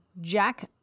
Jack